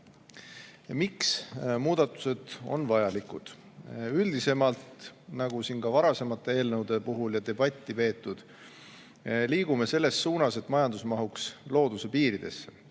Miks muudatused on vajalikud? Üldisemalt – sellel teemal on ka varasemate eelnõude puhul siin debatti peetud – liigume selles suunas, et majandus mahuks looduse piiridesse.